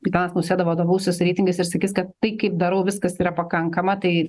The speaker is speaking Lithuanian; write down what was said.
gitanas nausėda vadovausis reitingais ir sakys kad tai kaip darau viskas yra pakankama tai